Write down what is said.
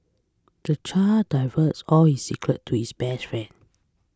the child divulged all his secrets to his best friend